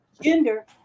gender